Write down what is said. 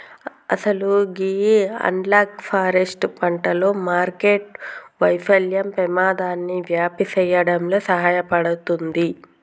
అసలు గీ analog forest పంటలు మార్కెట్టు వైఫల్యం పెమాదాన్ని వ్యాప్తి సేయడంలో సహాయపడుతుంది